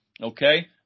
okay